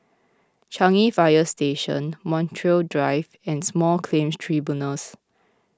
Changi Fire Station Montreal Drive and Small Claims Tribunals